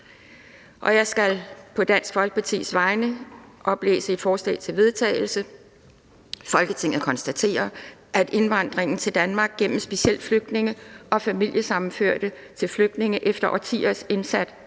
oplæse et forslag til vedtagelse: Forslag til vedtagelse »Folketinget konstaterer, at indvandringen til Danmark gennem specielt flygtninge og familiesammenførte til flygtninge efter årtiers indsats